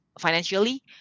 financially